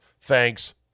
Thanks